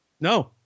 No